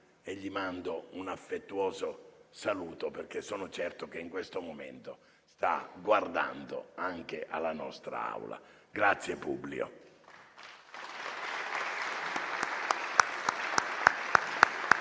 e gli mando un affettuoso saluto, perché sono certo che in questo momento sta guardando anche alla nostra Aula. Grazie, Publio.